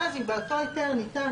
ואז אם אותו היתר ניתן,